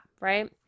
Right